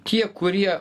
tie kurie